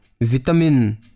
vitamin